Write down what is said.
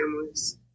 families